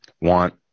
want